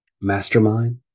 mastermind